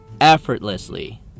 effortlessly